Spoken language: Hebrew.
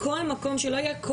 בכל מקום שלא יהיה,